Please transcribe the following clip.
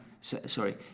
sorry